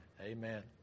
Amen